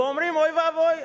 ואומרות: אוי ואבוי,